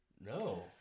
No